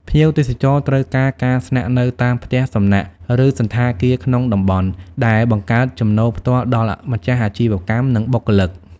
ភ្ញៀវទេសចរត្រូវការ ការស្នាក់នៅតាមផ្ទះសំណាក់ ឬសណ្ឋាគារក្នុងតំបន់ ដែលបង្កើតចំណូលផ្ទាល់ដល់ម្ចាស់អាជីវកម្ម និងបុគ្គលិក។